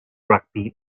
rugby